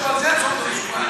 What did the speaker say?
צומת שובל.